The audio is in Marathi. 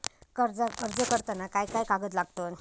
कर्जाक अर्ज करताना काय काय कागद लागतत?